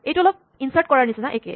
এইটো অলপ ইনছাৰ্ট কৰাৰ নিচিনা একে